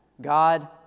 God